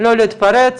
לא להתפרץ,